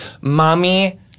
mommy